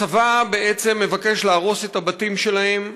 הצבא בעצם מבקש להרוס את הבתים שלהם,